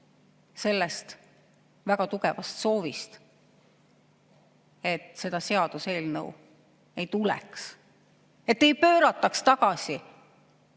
kantud väga tugevast soovist, et seda seaduseelnõu ei tuleks, et ei pöörataks tagasi